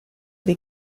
dei